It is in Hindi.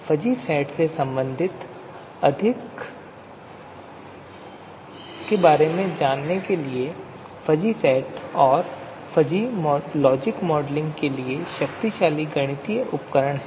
फ़ज़ी सेट से संबंधित अधिक के बारे में बात करने के लिए फ़ज़ी सेट और फ़ज़ी लॉजिक मॉडलिंग के लिए शक्तिशाली गणितीय उपकरण हैं